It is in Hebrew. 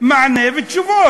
מענה ותשובות.